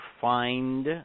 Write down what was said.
find